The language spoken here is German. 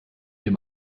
dem